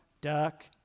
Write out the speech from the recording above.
duck